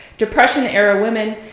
depression era women,